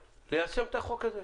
ליישם את החוק הזה.